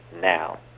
now